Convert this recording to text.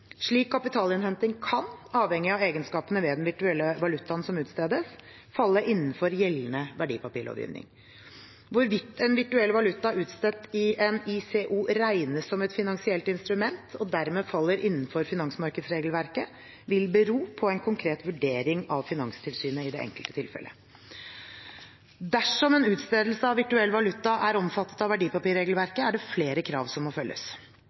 Slik kapitalinnhenting kan – avhengig av egenskapene ved den virtuelle valutaen som utstedes – falle innenfor gjeldende verdipapirlovgivning. Hvorvidt en virtuell valuta utstedt i en ICO regnes som et finansielt instrument, og dermed faller innenfor finansmarkedsregelverket, vil bero på en konkret vurdering av Finanstilsynet i det enkelte tilfelle. Dersom en utstedelse av virtuell valuta er omfattet av verdipapirregelverket, er det flere krav som må følges.